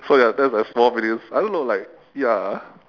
so ya that's like small meaningless I don't know like ya